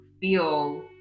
feel